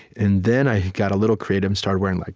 and then i got a little creative and started wearing like